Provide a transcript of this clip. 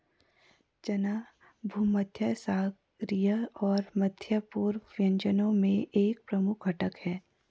चना भूमध्यसागरीय और मध्य पूर्वी व्यंजनों में एक प्रमुख घटक है